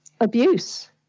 abuse